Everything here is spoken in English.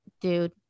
dude